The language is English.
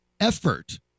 effort